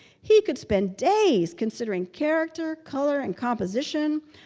he could spend days considering character, color, and composition.